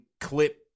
clip